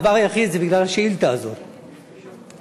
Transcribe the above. בגלל השאילתה הזאת,